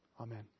Amen